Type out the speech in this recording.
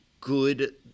good